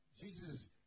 Jesus